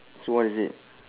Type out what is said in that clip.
so what is it